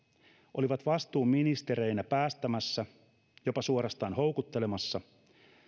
olivat vastuuministereinä päästämässä jopa suorastaan houkuttelemassa